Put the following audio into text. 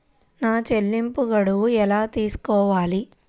నా చెల్లింపు గడువు ఎలా తెలుసుకోవాలి?